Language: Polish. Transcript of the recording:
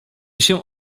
się